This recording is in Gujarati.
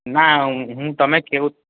ના હું હું તમે કેવું